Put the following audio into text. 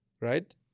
right